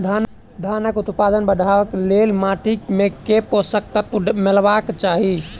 धानक उत्पादन बढ़ाबै लेल माटि मे केँ पोसक तत्व मिलेबाक चाहि?